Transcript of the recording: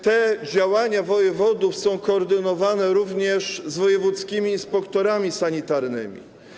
Te działania wojewodów są koordynowane również z wojewódzkimi inspektorami sanitarnymi.